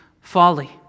folly